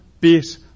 bit